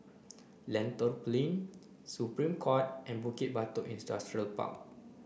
Lentor Plain Supreme Court and Bukit Batok Industrial Park